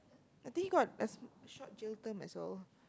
I think he got a short jail term as well